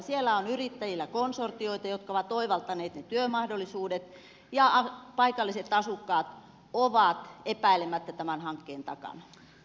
siellä on yrittäjillä konsortioita jotka ovat oivaltaneet ne työmahdollisuudet ja paikalliset asukkaat ovat epäilemättä tämän hankkeen takana